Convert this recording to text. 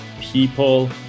People